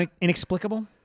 inexplicable